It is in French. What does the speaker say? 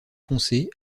foncé